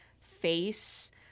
face